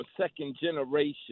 second-generation